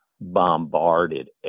bombarded